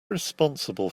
responsible